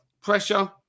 pressure